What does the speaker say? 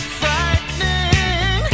frightening